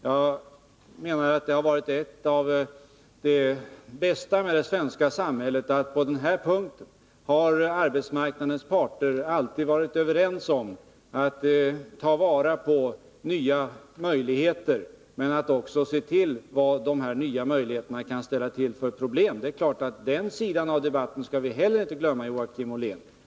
Jag menar att något av det bästa med det svenska samhället är att arbetsmarknadens parter på denna punkt alltid har varit överens om att man skall ta vara på nya möjligheter, men att man också skall uppmärksamma de problem dessa kan medföra — den sidan av debatten skall vi naturligtvis inte glömma, Joakim Ollén.